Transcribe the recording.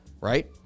right